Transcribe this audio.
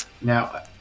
now